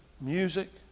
music